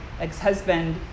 ex-husband